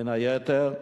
בין היתר,